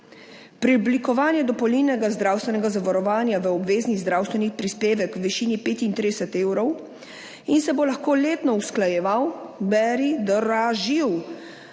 Preoblikovanje dopolnilnega zdravstvenega zavarovanja v obvezni zdravstveni prispevek v višini 35 evrov in se bo lahko letno usklajeval **19.